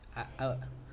uh I'll